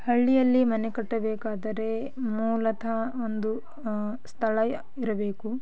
ಹಳ್ಳಿಯಲ್ಲಿ ಮನೆ ಕಟ್ಟಬೇಕಾದರೆ ಮೂಲತಹ ಒಂದು ಸ್ಥಳ ಇರಬೇಕು